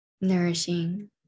nourishing